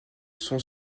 sont